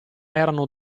erano